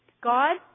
God